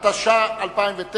התש"ע 2009,